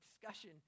discussion